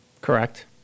Correct